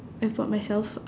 I've bought myself